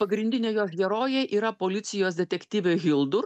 pagrindinė jo herojė yra policijos detektyvė hildur